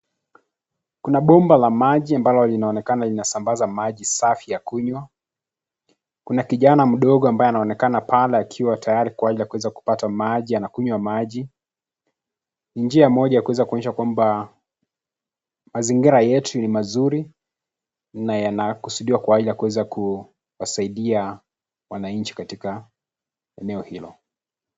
Kuna bomba la maji ambayo linaonekana inasambaza maji safi ya kunywa. Kuna kijana mdogo ambaye anaonekana pale akiwa tayari kwa ajili ya kupata maji anakunywa maji. Ni njia moja ya kuweza kuonyesha kwamba mazingira yetu ni mazuri na ya kusudiwa kwa ajili ya kuweza kuwasaidia wananchi katika eneo hilo.